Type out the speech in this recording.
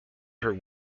per